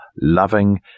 loving